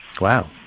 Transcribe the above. Wow